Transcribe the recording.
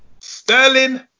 Sterling